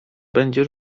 będzie